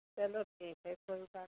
चलो ठीक है कोई बात